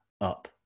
up